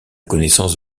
connaissance